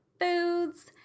foods